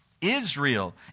Israel